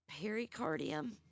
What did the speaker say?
pericardium